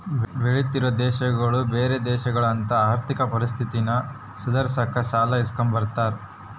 ಬೆಳಿತಿರೋ ದೇಶಗುಳು ಬ್ಯಾರೆ ದೇಶಗುಳತಾಕ ಆರ್ಥಿಕ ಪರಿಸ್ಥಿತಿನ ಸುಧಾರ್ಸಾಕ ಸಾಲ ಇಸ್ಕಂಬ್ತಾರ